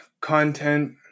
content